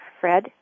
Fred